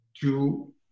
to-